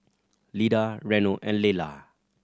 Lida Reno and Lelar